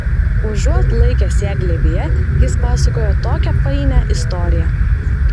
užuot laikęs ją glėbyje jis pasakojo tokią painią istoriją